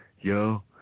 yo